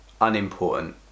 unimportant